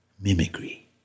Mimicry